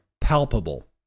palpable